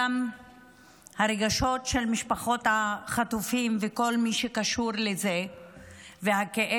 גם הרגשות של משפחות החטופים וכל מי שקשור לזה והכאב